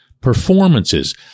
performances